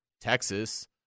Texas